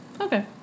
Okay